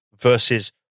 versus